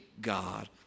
God